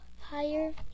higher